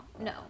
no